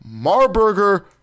Marburger